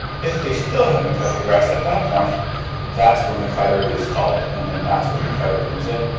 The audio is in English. if they still haven't cut the grass at that point that's when the cutter is called, and then that's when the cutter comes in.